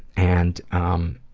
and um,